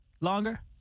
longer